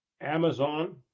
amazon